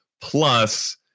Plus